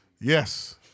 Yes